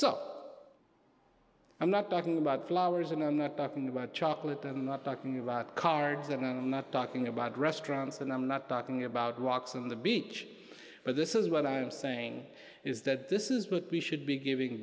so i'm not talking about flowers and i'm not talking about chocolate i'm not talking about cards and i'm not talking about restaurants and i'm not talking about walks on the beach but this is what i'm saying is that this is what we should be giving